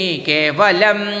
Kevalam